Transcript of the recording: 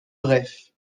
bref